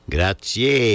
Grazie